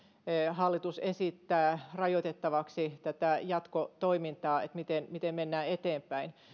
hallitus esittää rajoitettavaksi tätä jatkotoimintaa ja sitä miten mennään eteenpäin